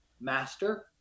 master